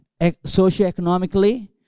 socioeconomically